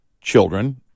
children